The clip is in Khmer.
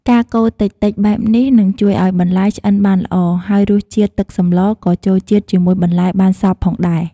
ការកូរតិចៗបែបនេះ នឹងជួយឲ្យបន្លែឆ្អិនបានល្អ ហើយរសជាតិទឹកសម្លក៏ចូលជាតិជាមួយបន្លែបានសព្វផងដែរ។